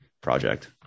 project